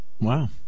Wow